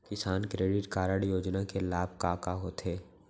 किसान credit card योजना के लाभ का का होथे?